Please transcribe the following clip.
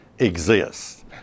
exists